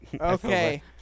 Okay